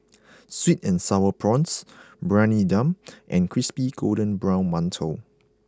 Sweet and Sour Prawns Briyani Dum and Crispy Golden Brown Mantou